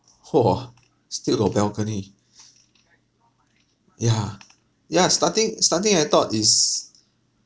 !whoa! still got balcony yeah yeah starting starting I thought is